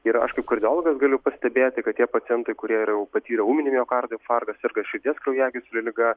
ir aš kaip kardiologas galiu pastebėti kad tie pacientai kurie yra jau patyrę ūminį miokardo infarktą serga širdies kraujagyslių liga